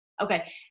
Okay